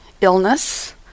illness